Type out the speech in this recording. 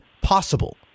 possible